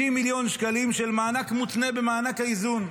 60 מיליון שקלים של מענק מותנה במענק האיזון,